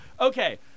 okay